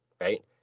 right